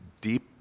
deep